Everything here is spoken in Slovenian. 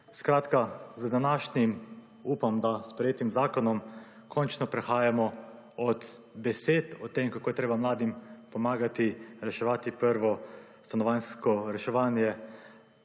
z današnjim, upam, da sprejetim zakonom, končno prehajamo od besed o tem, kako je treba mladim pomagati reševati prvo stanovanjsko reševanje,